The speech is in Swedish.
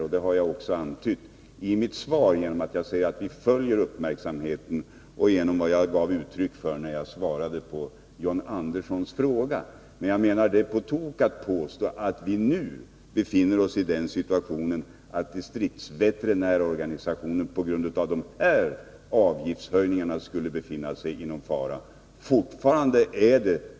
Detta antydde jag också i mitt svar, där jag framhöll att vi följer utvecklingen. Jag underströk detsamma när jag svarade på John Anderssons fråga. Det är emellertid helt felaktigt att påstå att vi nu befinner oss i den situationen att distriktsveterinärorganisationen på grund av de här avgiftshöjningarna skulle befinna sig i fara.